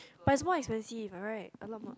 but is more expensive right